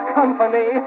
company